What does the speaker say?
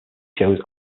shows